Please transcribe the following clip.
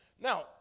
Now